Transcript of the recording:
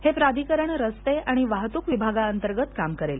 हे प्राधिकरण रस्ते आणि वाहतक विभागाअंतर्गत काम करेल